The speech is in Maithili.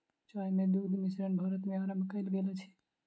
चाय मे दुग्ध मिश्रण भारत मे आरम्भ कयल गेल अछि